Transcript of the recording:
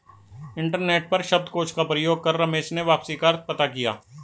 internet पर शब्दकोश का प्रयोग कर रमेश ने वापसी का अर्थ पता किया